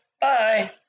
Bye